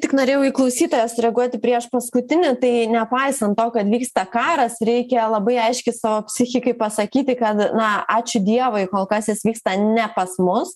tik norėjau į klausytoją reaguoti prieš paskutinį tai nepaisant to kad vyksta karas reikia labai aiški savo psichikai pasakyti kad na ačiū dievui kol kas jis vyksta ne pas mus